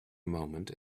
moment